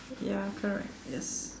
ya correct yes